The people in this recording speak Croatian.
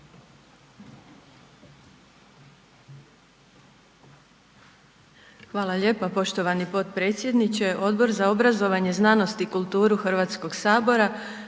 Hvala lijepa poštovani potpredsjedniče. Odbor za obrazovanje, znanost i kulturu HS razmotrio